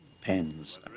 pens